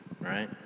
right